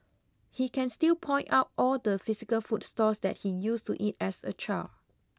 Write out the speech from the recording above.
he can still point out all the physical food stalls that he used to eat at as a child